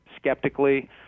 skeptically